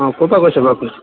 অঁ ক'ৰপৰা কৈছে বাৰু